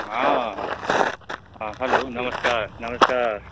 हँ हँ हेलो नमस्कार नमस्कार